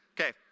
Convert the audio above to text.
Okay